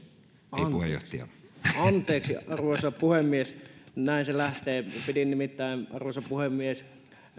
anteeksi anteeksi arvoisa puhemies näin se lähtee pidin nimittäin arvoisa puhemies